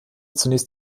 zunächst